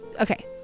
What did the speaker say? okay